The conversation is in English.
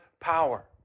power